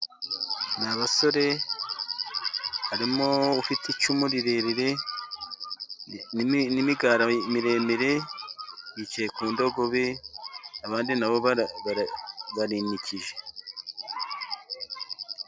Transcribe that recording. Ni abasore, harimo ufite icumu rirerire n'imigara miremire, yicaye ku ndogobe, abandi na bo barinikije.